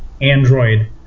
Android